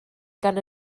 gan